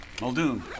Muldoon